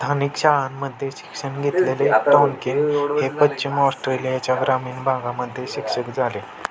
स्थानिक शाळांमध्ये शिक्षण घेतलेले टॉन्किन हे पश्चिम ऑस्ट्रेलियाच्या ग्रामीण भागामध्ये शिक्षक झाले